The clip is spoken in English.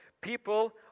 people